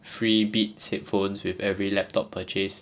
free beats headphones with every laptop purchase